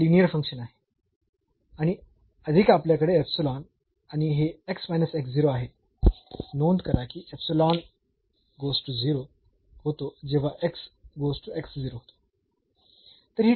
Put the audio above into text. हे linear function आहे आणि अधिक आपल्याकडे आणि हे आहे नोंद करा की होतो जेव्हा होतो